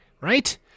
right